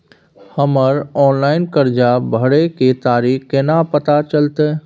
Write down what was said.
हमर ऑनलाइन कर्जा भरै के तारीख केना पता चलते?